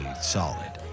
solid